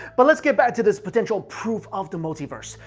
but lets get back to this potential proof of the multiverse.